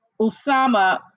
Osama